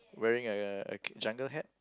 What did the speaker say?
wearing a a a jungle hat